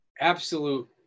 absolute